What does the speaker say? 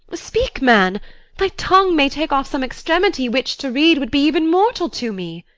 speak, man thy tongue may take off some extremity, which to read would be even mortal to me.